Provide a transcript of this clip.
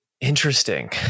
Interesting